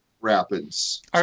Rapids